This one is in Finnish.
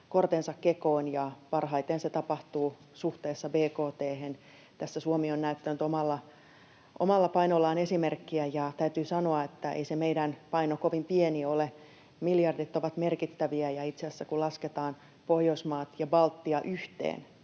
kortensa kekoon, ja parhaiten se tapahtuu suhteessa bkt:hen. Tässä Suomi on näyttänyt omalla painollaan esimerkkiä, ja täytyy sanoa, että ei se meidän paino kovin pieni ole. Miljardit ovat merkittäviä, ja itse asiassa kun lasketaan Pohjoismaat ja Baltia yhteen,